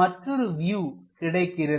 மற்றொரு வியூ கிடைக்கிறது